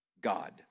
God